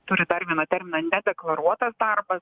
turi dar vieną terminą nedeklaruotas darbas